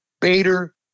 Bader